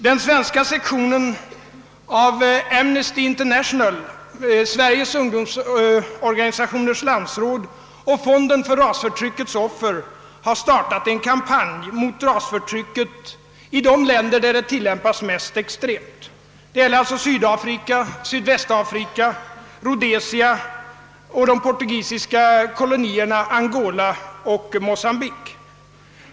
Den svenska sektionen av Amnesty International, Sveriges ungdomorganisationers landsråd och Fonden för rasförtryckets offer har startat en kampanj mot rasförtrycket i de länder där detta förtryck tillämpas mest extremt, alltså i Sydafrika, Sydvästafrika, Rhodesia och de portugisiska kolonierna Angola och Mocambique.